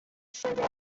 شده